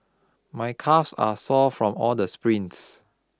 my calves are sore from all the sprints